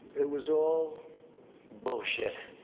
it was all bullshit